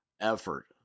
effort